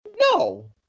no